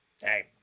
hey